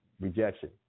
rejection